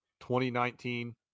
2019